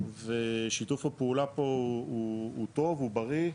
ושיתוף הפעולה פה הוא טוב, הוא בריא,